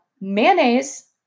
mayonnaise